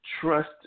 trust